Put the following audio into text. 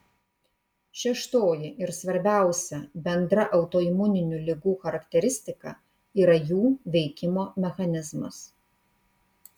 šeštoji ir svarbiausia bendra autoimuninių ligų charakteristika yra jų veikimo mechanizmas